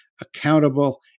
accountable